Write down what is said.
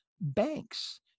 banks